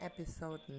episode